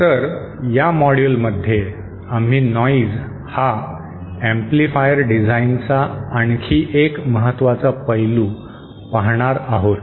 तर या मॉड्यूलमध्ये आम्ही नॉंईज हा एम्पलीफायर डिझाइनचा आणखी एक महत्वाचा पैलू पाहणार आहोत